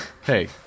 Hey